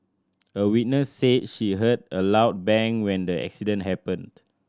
a witness said she heard a loud bang when the accident happened